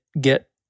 get